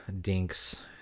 dinks